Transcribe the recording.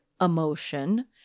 emotion